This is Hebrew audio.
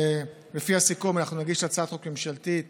לפי הסיכום, אנחנו נגיש הצעת חוק ממשלתית